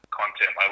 content